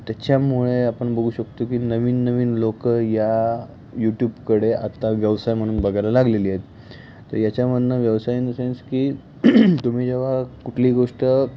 त्याच्यामुळे आपण बघू शकतो की नवीन नवीन लोक या यूट्यूबकडे आत्ता व्यवसाय म्हणून बघायला लागलेली आहेत तर याच्यामधून व्यवसाय इन द सेन्स की तुम्ही जेव्हा कुठली गोष्ट